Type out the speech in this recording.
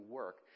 work